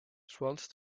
swans